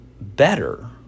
better